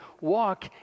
walk